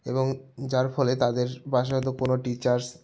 এবং যার ফলে তাদের বাসায় হয়তো কোনো টিচার্স